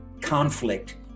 conflict